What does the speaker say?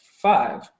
five